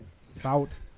Spout